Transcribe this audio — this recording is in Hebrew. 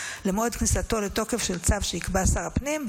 במועד כניסתו לתוקף של צו שיקבע שר הפנים,